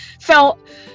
felt